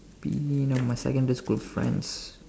be my secondary school friends